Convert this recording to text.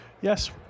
Yes